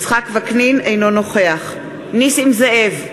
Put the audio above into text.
אינו נוכח נסים זאב,